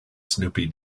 snoopy